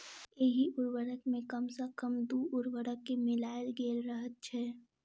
एहि उर्वरक मे कम सॅ कम दू उर्वरक के मिलायल गेल रहैत छै